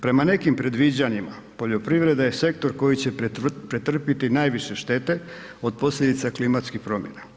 Prema nekim predviđanjima poljoprivreda je sektor koji će pretrpiti najviše štete od posljedica klimatskih promjena.